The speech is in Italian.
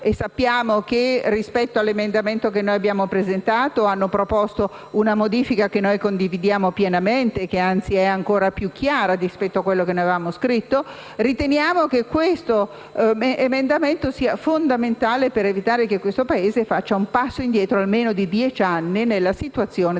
Sappiamo che, rispetto all'emendamento che abbiamo presentato, hanno proposto una modifica che condividiamo pienamente e che, anzi, è ancora più chiara rispetto a quanto abbiamo scritto. Riteniamo che questo emendamento sia fondamentale per evitare che il Paese faccia un passo indietro di dieci anni nella tutela della salute